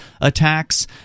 attacks